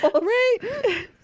right